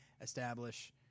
establish